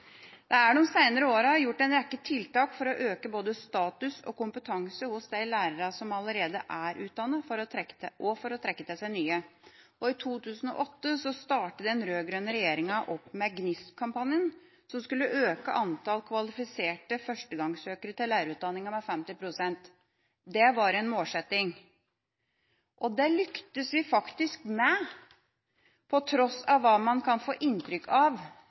Det er de seinere årene satt i verk en rekke tiltak for å øke både status og kompetanse hos de lærerne som allerede er utdannet og for å trekke til seg nye. I 2008 startet den rød-grønne regjeringa opp med GNIST-kampanjen, som skulle øke antall kvalifiserte førstegangssøkere til lærerutdanninga med 50 pst. Det var en målsetting. Det lyktes vi faktisk med på tross av hva man kan få inntrykk av